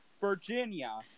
virginia